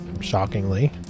shockingly